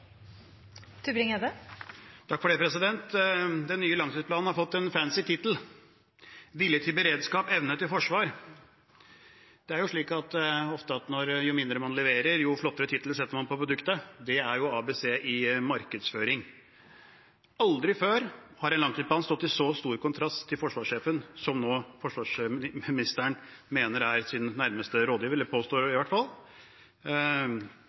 Den nye langtidsplanen har fått en fancy tittel: Vilje til beredskap – evne til forsvar. Det er ofte slik at jo mindre man leverer, jo flottere tittel setter man på produktet; det er ABC i markedsføring. Aldri før har en langtidsplan stått i så stor kontrast til det forsvarssjefen – som forsvarsministeren mener er hans nærmeste rådgiver, eller påstår det, i hvert fall